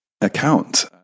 account